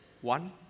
one